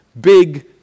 big